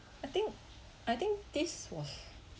I think I think this was